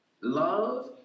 love